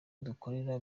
gukorera